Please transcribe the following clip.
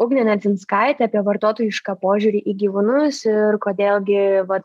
ugne nedzinskaite apie vartotojišką požiūrį į gyvūnus ir kodėl gi va